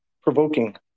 provoking